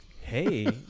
Hey